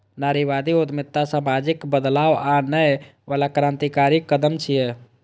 नारीवादी उद्यमिता सामाजिक बदलाव आनै बला क्रांतिकारी कदम छियै